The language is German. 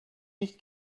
nicht